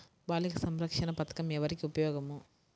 బాలిక సంరక్షణ పథకం ఎవరికి ఉపయోగము?